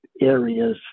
areas